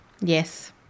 Yes